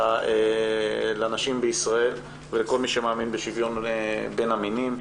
לנשים בישראל ולכל מי שמאמין בשוויון בין המינים.